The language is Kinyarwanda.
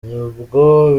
ntabwo